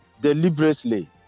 deliberately